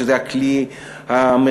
שזה הכלי המרכזי,